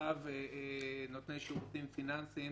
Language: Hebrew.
צו נותני שירותים פיננסיים